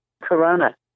Corona